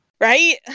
Right